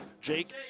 Jake